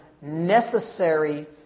necessary